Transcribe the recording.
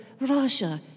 russia